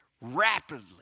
rapidly